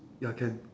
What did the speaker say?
ya can